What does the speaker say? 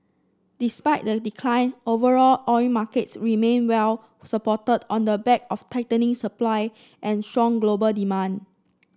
despite the decline overall oil markets remained well supported on the back of tightening supply and strong global demand